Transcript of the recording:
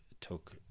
took